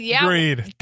Agreed